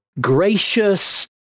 gracious